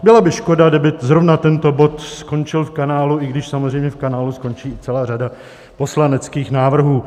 Byla by škoda, kdyby zrovna tento bod skončil v kanálu, i když samozřejmě v kanálu skončí i celá řada poslaneckých návrhů.